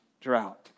drought